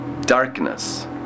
darkness